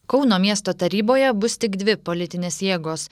kauno miesto taryboje bus tik dvi politinės jėgos